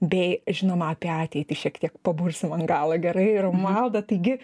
bei žinoma apie ateitį šiek tiek pabursim ant galo gerai romualda taigi